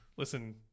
Listen